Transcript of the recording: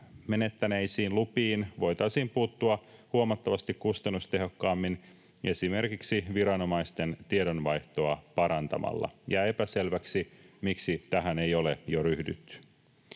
menettäneisiin lupiin voitaisiin puuttua huomattavasti kustannustehokkaammin esimerkiksi viranomaisten tiedonvaihtoa parantamalla. Jää epäselväksi, miksi tähän ei ole jo ryhdytty.